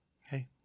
Hey